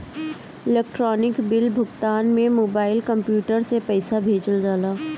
electronic bill भुगतान में mobile, computer से पईसा भेजल जाला